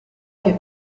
del